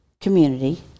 community